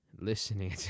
listening